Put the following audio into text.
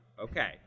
okay